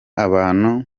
abantu